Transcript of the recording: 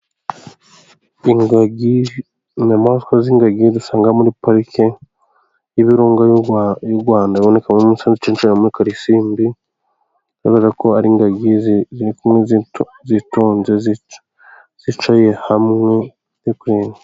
Ingagi ni inyamaswa dusanga muri parike y'ibirunga y'u Rwanda. Ziboneka muri Musanze, henshi, harimo Karilisimbi. Bigaragara ko ari ingagi ziri kumwe, zitonze, zicaye hamwe,...